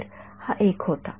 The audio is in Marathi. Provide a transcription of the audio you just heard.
तर हा एक होता